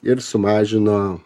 ir sumažino